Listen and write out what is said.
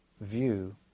view